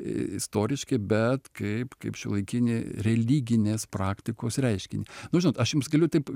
istoriškai bet kaip kaip šiuolaikinį religinės praktikos reiškinį nu žinot aš jums galiu taip